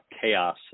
chaos